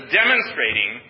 demonstrating